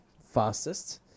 fastest